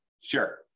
Sure